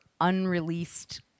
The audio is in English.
Unreleased